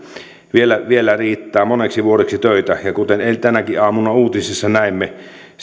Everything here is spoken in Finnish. vielä vielä riittää moneksi vuodeksi töitä ja kuten tänäkin aamuna uutisissa näimme